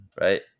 right